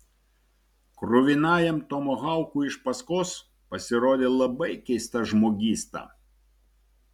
kruvinajam tomahaukui iš paskos pasirodė labai keista žmogysta